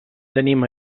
tenim